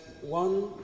one